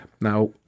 Now